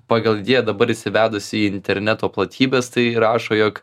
pagal idėją dabar įsivedus į interneto platybes tai rašo jog